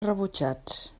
rebutjats